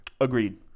Agreed